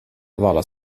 war